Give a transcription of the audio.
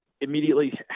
immediately